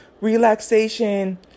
relaxation